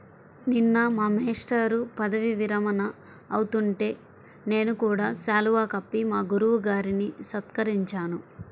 నిన్న మా మేష్టారు పదవీ విరమణ అవుతుంటే నేను కూడా శాలువా కప్పి మా గురువు గారిని సత్కరించాను